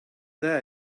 there